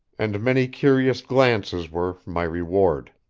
and many curious glances were my reward.